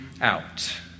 out